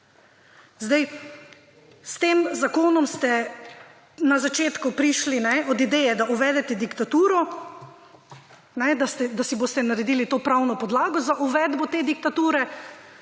Zdaj s tem zakonom ste na začetku prišli od ideje, da uvedete diktaturo, da si boste naredili to pravno podlago za uvedbo te diktature,